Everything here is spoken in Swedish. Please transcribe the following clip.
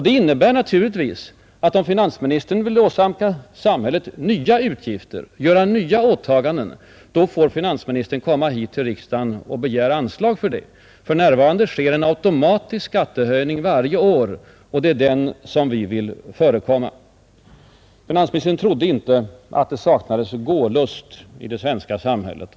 Det innebär naturligtvis att om finansministern vill åsamka samhället nya utgifter och göra nya åtaganden, måste han hos riksdagen begära anslag härför. För närvarande sker en automatisk skattehöjning varje år, och det är den som vi vill förhindra. Finansministern trodde inte att det saknades gålust i det svenska samhället.